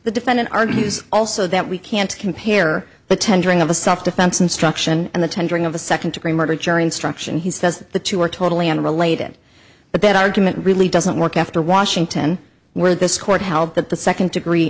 the defendant argues also that we can't compare the tendering of a self defense instruction and the tendering of a second degree murder jury instruction he says the two are totally unrelated but that argument really doesn't work after washington where this court held that the second degree